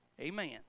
Amen